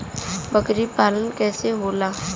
बकरी पालन कैसे होला?